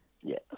Yes